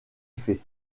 fait